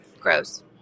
Gross